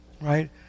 right